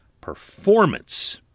performance